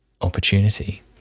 opportunity